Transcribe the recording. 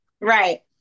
right